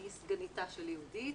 אני סגניתה של יהודית,